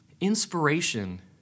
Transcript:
Inspiration